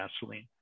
gasoline